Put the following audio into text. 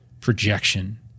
projection